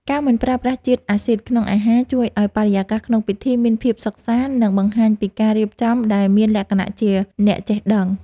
ការមិនប្រើប្រាស់ជាតិអាស៊ីតក្នុងអាហារជួយឱ្យបរិយាកាសក្នុងពិធីមានភាពសុខសាន្ត និង បង្ហាញពីការរៀបចំដែលមានលក្ខណៈជាអ្នកចេះដឹង។